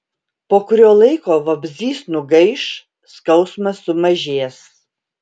po kurio laiko vabzdys nugaiš skausmas sumažės